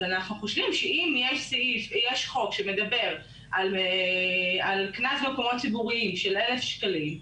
אנחנו חושבים שאם יש חוק שמדבר על קנס במקומות ציבוריים של 1,000 שקלים,